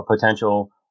potential